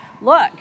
look